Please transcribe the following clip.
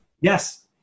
Yes